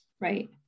Right